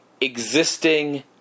existing